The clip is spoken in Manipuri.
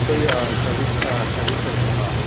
ꯑꯩꯈꯣꯏꯒꯤ ꯁꯥꯔꯕꯤꯁ ꯁꯥꯔꯕꯤꯁ ꯂꯩꯗ ꯑꯥ